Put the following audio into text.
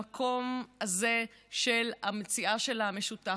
למקום הזה של המציאה של המשותף.